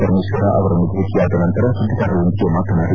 ಪರಮೇಶ್ವರ ಅವರನ್ನು ಭೇಟಿಯಾದ ನಂತರ ಸುದ್ದಿಗಾರರೊಂದಿಗೆ ಮಾತನಾಡಿ